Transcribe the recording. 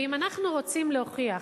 ואם אנחנו רוצים להוכיח,